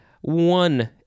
one